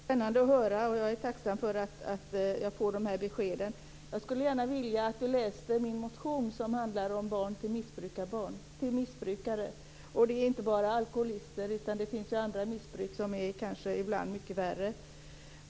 Fru talman! Det är spännande att höra. Jag är tacksam för att jag får dessa besked. Jag skulle gärna vilja att Ragnwi Marcelind läste min motion, som handlar om barn till missbrukare. Det är inte bara alkoholister, det finns andra missbruk som kanske ibland är mycket värre.